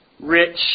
rich